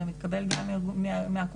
אלא מתקבל גם מהקופות.